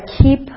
keep